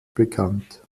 bekannt